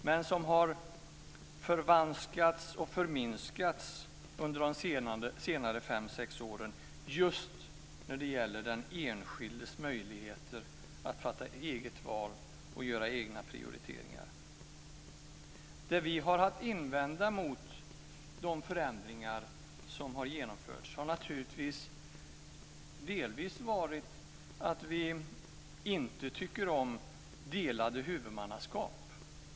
Den har förvanskats och förminskats under de senaste fem sex åren just när det gäller den enskildes möjligheter att fatta ett eget val och göra egna prioriteringar. Det vi har haft att invända mot de förändringar som har genomförts har delvis varit att vi inte tycker om delade huvudmannaskap.